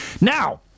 Now